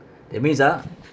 that means ah